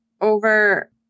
Over